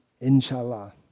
Inshallah